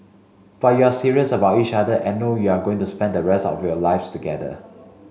but you're serious about each other and know you're going to spend the rest of your lives together